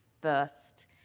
first